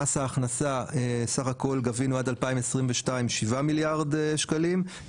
מס ההכנסה בסך הכל גבינו על 2022 שבעה מיליארד שקלים,